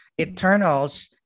Eternals